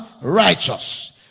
righteous